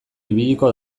ibiliko